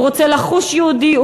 הוא רוצה לחוש יהודי,